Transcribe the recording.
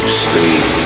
sleep